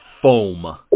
Foam